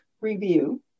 review